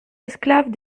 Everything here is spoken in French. esclaves